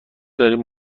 داریم